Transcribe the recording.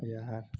यार